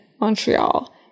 Montreal